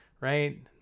Right